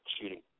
shooting